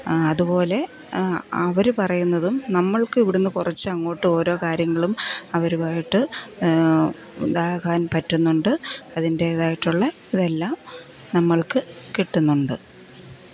അതുപോലെ അവർ പറയുന്നതും നമ്മൾക്ക് ഇവിടെ നിന്നു കുറച്ച് അങ്ങോട്ട് ഓരോ കാര്യങ്ങളും അവരുമായിട്ട് ഇതാകാൻ പറ്റുന്നുണ്ട് അതിൻ്റേതായിട്ടുള്ള ഇതെല്ലാം നമ്മൾക്കു കിട്ടുന്നുണ്ട്